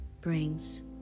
brings